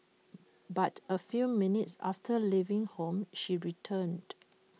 but A few minutes after leaving home she returned